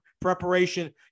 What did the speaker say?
preparation